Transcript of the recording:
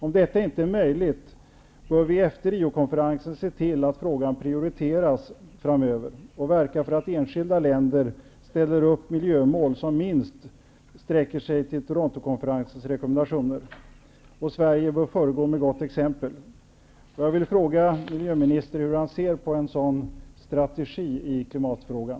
Om detta inte är möjligt bör vi efter Riokonferensen se till att frågan framöver prioriteras och verka för att enskilda länder ställer upp miljömål som minst sträcker sig till Torontokonferensens rekommendationer. Sverige bör föregå med gott exempel. Jag vill fråga miljöministern hur han ser på en sådan strategi i klimatfrågan.